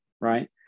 right